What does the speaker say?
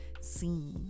seen